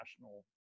national